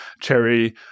cherry